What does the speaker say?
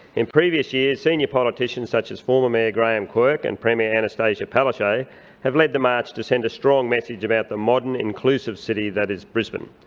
in previous years, senior politicians such as former mayor graham quirke and premier annastacia palaszczuk have led the march to send a strong message about the modern inclusive city that is brisbane.